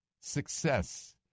success